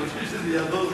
חברי חברי הכנסת,